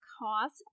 cost